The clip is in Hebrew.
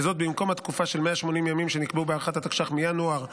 וזאת במקום התקופה של 180 ימים שנקבעו בהארכת התקש"ח מינואר,